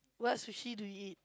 what sushi do you eat